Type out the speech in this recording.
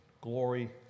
Glory